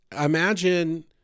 Imagine